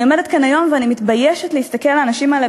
אני עומדת כאן היום ואני מתביישת להסתכל לאנשים האלה